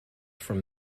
from